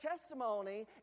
testimony